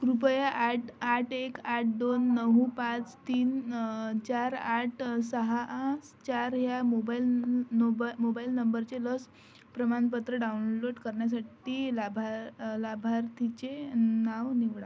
कृपया आठ आठ एक आठ दोन नऊ पाच तीन चार आठ सहा चार ह्या मोबाईल मोबा मोबाईल नंबरचे लस प्रमाणपत्र डाऊनलोट करण्यासाठी लाभा लाभार्थीचे नाव निवडा